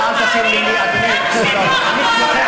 היא ממש לא